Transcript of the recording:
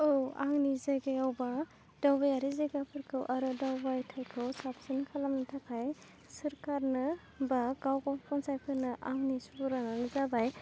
औ आंनि जायगायावबा दावबायारि जायगाफोरखौ आरो दावबाथाइखौ साबसिन खालामनो थाखाय सोरखारनो बा गाव गाव पन्सायतफोरनो आंनि सुबुरुनानो जाबाय